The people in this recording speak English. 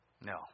No